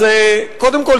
אז קודם כול,